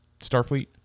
Starfleet